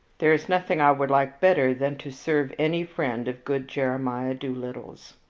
there is nothing i would like better than to serve any friend of good jeremiah doolittle's.